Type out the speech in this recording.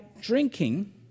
drinking